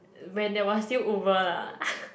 when there was still Uber lah